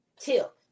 tip